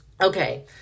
Okay